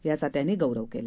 याचा त्यांनी गौरव केला